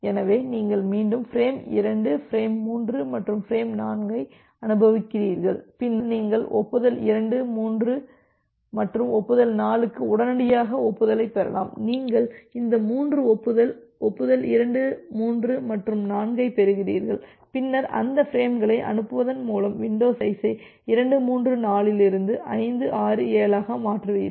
எனவே நீங்கள் மீண்டும் பிரேம் 2 ஃபிரேம் 3 மற்றும் ஃபிரேம் 4ஐ அனுப்புகிறீர்கள் பின்னர் நீங்கள் ஒப்புதல் 2 ஒப்புதல் 3 மற்றும் ஒப்புதல் 4 க்கு உடனடியாக ஒப்புதலைப் பெறலாம் நீங்கள் இந்த 3 ஒப்புதல் ஒப்புதல் 2 3 மற்றும் 4ஐப் பெறுகிறீர்கள் பின்னர் அந்த ஃபிரேம்களை அனுப்புவதன் மூலம் வின்டோ சைஸை 2 3 4 இலிருந்து 5 6 7 ஆக மாற்றுவீர்கள்